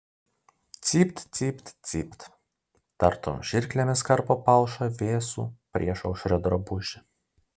cipt cipt cipt tartum žirklėmis karpo palšą vėsų priešaušrio drabužį